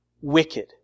wicked